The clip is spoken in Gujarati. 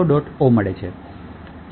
o મળે છે